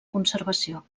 conservació